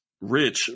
rich